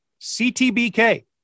CTBK